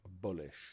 bullish